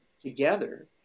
together